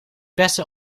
beste